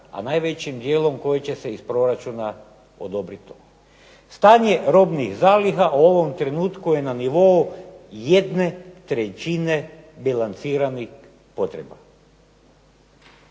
a najvećim dijelom koji će se iz proračuna odobriti to. Stanje robnih zaliha u ovom trenutku je na nivou jedne trećine bilanciranih potreba.